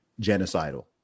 genocidal